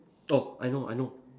oh I know I know